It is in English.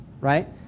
right